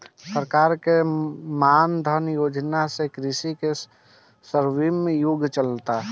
सरकार के मान धन योजना से कृषि के स्वर्णिम युग चलता